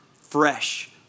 fresh